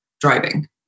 driving